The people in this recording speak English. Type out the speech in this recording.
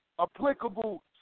applicable